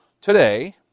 today